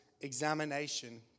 examination